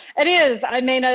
it is. i mean, ah